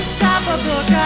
Unstoppable